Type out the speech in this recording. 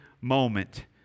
moment